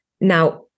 Now